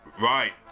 Right